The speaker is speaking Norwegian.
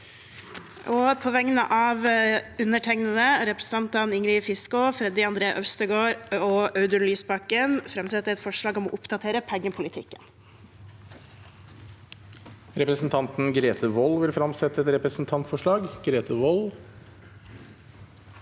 På vegne av undertegnede og representantene Ingrid Fiskaa, Freddy André Øvstegård og Audun Lysbakken framsetter jeg et forslag om å oppdatere pengepolitikken. Presidenten Representanten Grete Wold vil fremsette et representantforslag. Grete Wold